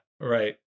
right